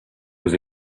was